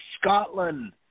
Scotland